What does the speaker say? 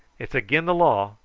it's again' the law,